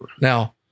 Now